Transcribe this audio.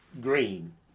Green